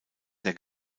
der